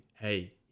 hey